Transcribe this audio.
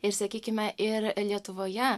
ir sakykime ir lietuvoje